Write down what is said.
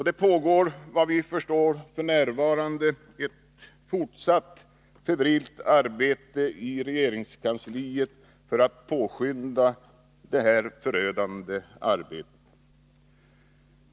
Det pågår, vad vi förstår, f.n. ett fortsatt febrilt arbete i regeringskansliet för att påskynda detta förödande arbete.